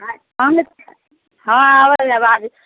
हँ आब आबैए आवाज